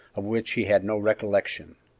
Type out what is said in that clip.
of which he had no recollection,